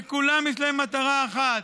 וכולם יש להם מטרה אחת: